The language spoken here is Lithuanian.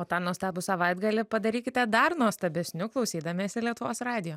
o tą nuostabų savaitgalį padarykite dar nuostabesniu klausydamiesi lietuvos radijo